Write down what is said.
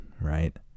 right